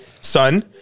son